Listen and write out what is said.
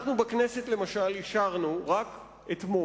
רק אתמול בכנסת אישרנו, למשל,